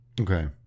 Okay